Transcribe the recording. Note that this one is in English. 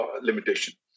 limitation